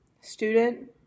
student